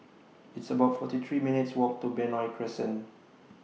It's about forty three minutes' Walk to Benoi Crescent